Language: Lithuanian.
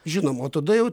žinoma tada jau